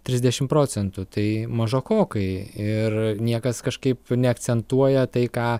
trisdešimt procentų tai mažokokai ir niekas kažkaip neakcentuoja tai ką